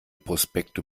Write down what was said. prospekte